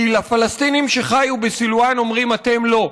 כי לפלסטינים שחיו בסילוואן אומרים: אתם לא,